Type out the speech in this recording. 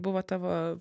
buvo tavo